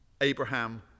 Abraham